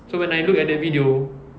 so when I look at that video